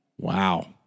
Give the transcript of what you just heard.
Wow